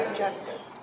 justice